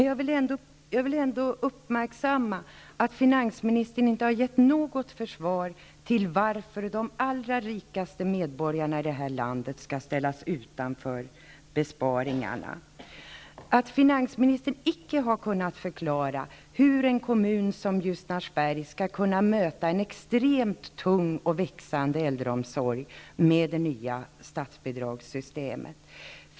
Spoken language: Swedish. Jag vill ändå uppmärksamma att finansministern inte har gett någon förklaring till att de allra rikaste medborgarna i landet skall ställas utanför besparingarna, att finansministern icke har kunnat förklara hur en kommun som Ljusnarsberg skall kunna möta en extremt tung och växande äldreomsorg med det nya statsbidragssystemet.